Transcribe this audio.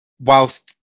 whilst